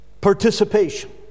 participation